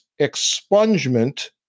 expungement